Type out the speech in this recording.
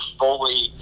fully